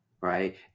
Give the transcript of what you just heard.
right